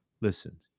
Listen